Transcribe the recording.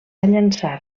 llançar